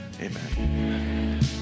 Amen